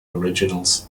originals